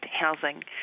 housing